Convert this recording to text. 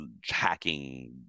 hacking